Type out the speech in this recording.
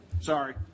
Sorry